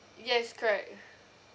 yes correct